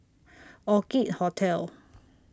Orchid Hotel